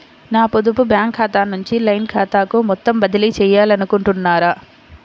నా పొదుపు బ్యాంకు ఖాతా నుంచి లైన్ ఖాతాకు మొత్తం బదిలీ చేయాలనుకుంటున్నారా?